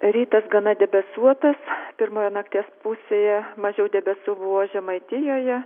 rytas gana debesuotas pirmoje nakties pusėje mažiau debesų buvo žemaitijoje